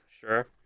sure